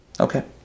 Okay